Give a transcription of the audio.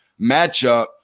matchup